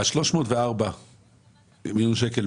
ה-304 מיליון שקלים,